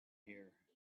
here